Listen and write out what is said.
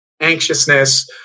anxiousness